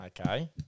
Okay